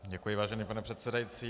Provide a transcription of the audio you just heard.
Děkuji, vážený pane předsedající.